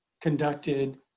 conducted